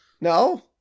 No